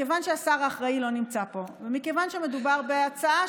מכיוון שהשר האחראי לא נמצא פה ומכיוון שמדובר בהצעה,